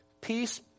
peace